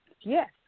Yes